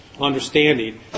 understanding